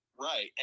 right